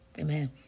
Amen